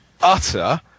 utter